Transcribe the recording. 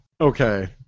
Okay